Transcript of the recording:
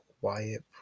quiet